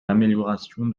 l’amélioration